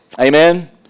Amen